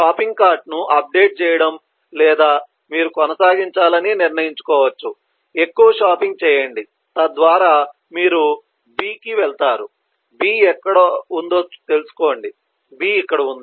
shopping కార్ట్ను update చేయడం లేదా మీరు కొనసాగించాలని నిర్ణయించుకోవచ్చు ఎక్కువ షాపింగ్ చేయండి తద్వారా మీరు B కి వెళ్తారు B ఎక్కడ ఉందో తెలుసుకోండి B ఇక్కడ ఉంది